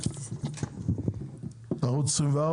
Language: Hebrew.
ערוץ 24,